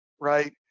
right